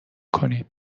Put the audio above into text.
کنید